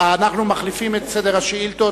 אנחנו מחליפים את סדר השאילתות.